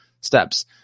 steps